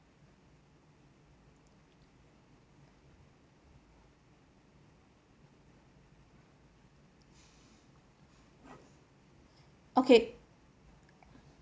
okay